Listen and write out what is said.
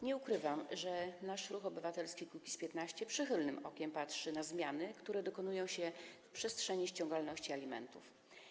Nie ukrywam, że nasz ruch obywatelski Kukiz’15 przychylnym okiem patrzy na zmiany, które dokonują się w przestrzeni ściągalności alimentów.